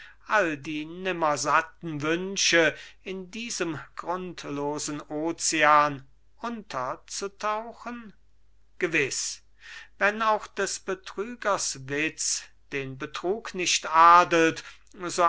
all die nimmersatten wünsche in diesem grundlosen ozean unterzutauchen gewiß wenn auch des betrügers witz den betrug nicht adelt